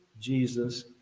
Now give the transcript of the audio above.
Jesus